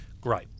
Great